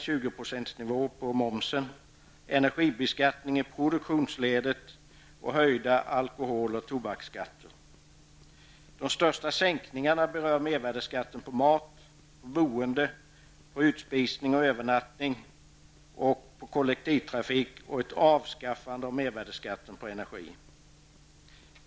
20 % nivå på momsen, energibeskattning i produktionsledet och höjda alkohol och tobaksskatter. De största sänkningarna berör mervärdeskatten på mat, på boende, på utspisning och övernattning, på kollektivtrafik samt ett avskaffande av mervärdeskatten på energi.